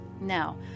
Now